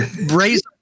raise